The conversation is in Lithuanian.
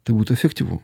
tai būtų efektyvu